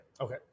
Okay